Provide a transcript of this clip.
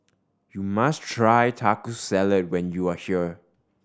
you must try Taco Salad when you are here